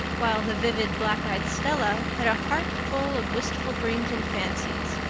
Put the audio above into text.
while the vivid, black-eyed stella had a heartful of wistful dreams and fancies,